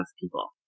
people